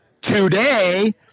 today